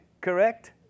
Correct